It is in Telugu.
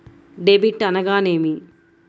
డెబిట్ అనగానేమి?